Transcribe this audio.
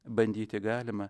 bandyti galima